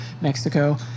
Mexico